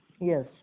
Yes